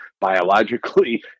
biologically